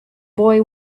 boy